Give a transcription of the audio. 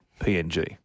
PNG